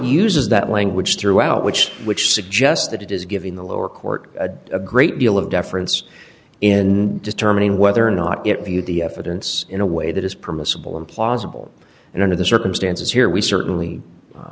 uses that language throughout which which suggests that it is giving the lower court a great deal of deference in determining whether or not it viewed the evidence in a way that is permissible implausible and under the circumstances here we certainly